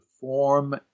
form